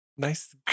Nice